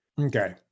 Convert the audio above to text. Okay